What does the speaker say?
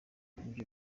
ibyo